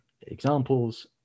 examples